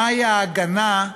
מהי ההגנה,